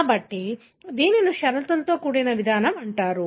కాబట్టి దీనిని షరతులతో కూడిన విధానం అంటారు